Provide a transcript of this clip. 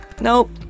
Nope